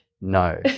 No